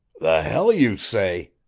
the hell you say!